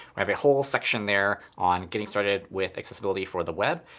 we have a whole section there on getting started with accessibility for the web.